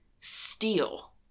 steal